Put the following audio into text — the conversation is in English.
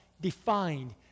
defined